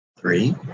three